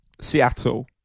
Seattle